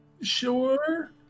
sure